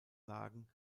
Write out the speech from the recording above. lagen